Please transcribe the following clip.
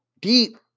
deep